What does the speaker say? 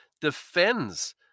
defends